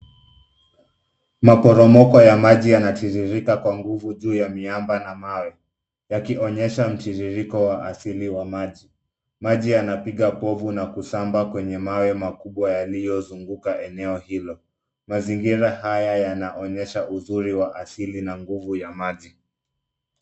Maporomoko ya maji yanatiririka kwa nguvu juu ya miamba na mawe yakionyesha mtiririko wa asili wa maji .Maji yanapiga povu na kusamba kwenye mawe makubwa yaliyozunguka eneo hilo. Mazingira haya yanaonyesha uzuri wa asili na nguvu ya maji.